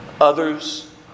Others